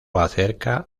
acerca